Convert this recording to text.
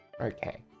Okay